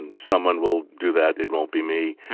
and someone will do that. it won't be me.